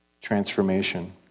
Transformation